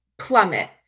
plummet